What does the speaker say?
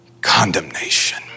condemnation